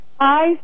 Hi